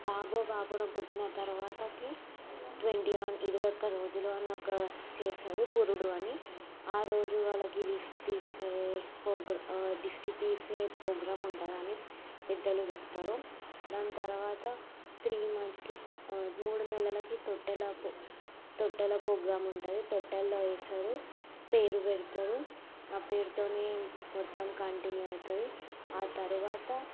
బాబో పాపనో పుట్టిన తరువాతకి ట్వంటీ వన్ ఇరవై ఒక్క రోజులు అని ఒక చేసారు పురుడు అని ఆ రోజు వాళ్ళకి దిష్టి తీసే ప్రోగ్రాం దిష్టి తీసే ప్రోగ్రాం ఉంటుంది అని పెద్దలు చెప్తారు దాని తరువాత త్రీ మంత్స్కి మూడు నెలలకి తొట్టెలు తొట్టల పోగ్రామ్ ఉంటుంది తొట్టెల్లో వేస్తారు పేరు పెడతారు ఆ పేరుతోనే మొత్తం కంటిన్యూ అవుతుంది ఆ తరువాత